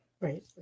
Right